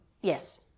yes